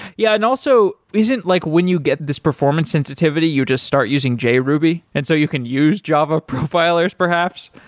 yeah, and also, isn't like when you get this performance sensitivity, you just start using jruby, and so you can use java profilers perhaps?